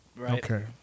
Okay